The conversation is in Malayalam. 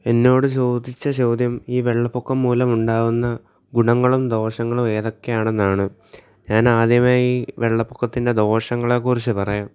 എന്നോട് ചോദിച്ച ചോദ്യം ഈ വെള്ളപ്പൊക്കം മൂലമുണ്ടാകുന്ന ഗുണങ്ങളും ദോഷങ്ങളും ഏതൊക്കെയാണെന്നാണ് ഞാൻ ആദ്യമേ ഈ വെള്ളപ്പൊക്കത്തിൻ്റെ ദോഷങ്ങളെ കുറിച്ചു പറയാം